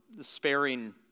sparing